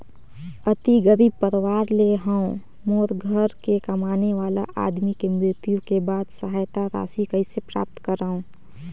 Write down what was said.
अति गरीब परवार ले हवं मोर घर के कमाने वाला आदमी के मृत्यु के बाद सहायता राशि कइसे प्राप्त करव?